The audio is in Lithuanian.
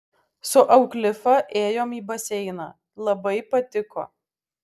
su auklifa ėjom į baseiną labai patiko